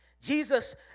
Jesus